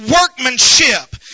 workmanship